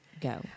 go